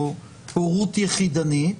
או הורות יחידנית,